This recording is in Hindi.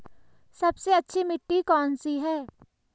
सबसे अच्छी मिट्टी कौन सी है?